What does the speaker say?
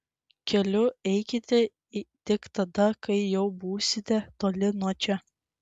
keliu eikite tik tada kai jau būsite toli nuo čia